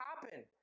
happen